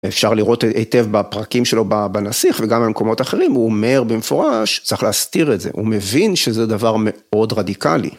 אפשר לראות היטב בפרקים שלו בנסיך וגם במקומות אחרים, הוא אומר במפורש, צריך להסתיר את זה. הוא מבין שזה דבר מאוד רדיקלי.